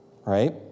right